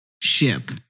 ship